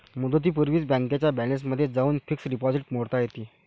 मुदतीपूर्वीच बँकेच्या बॅलन्समध्ये जाऊन फिक्स्ड डिपॉझिट मोडता येते